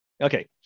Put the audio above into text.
Okay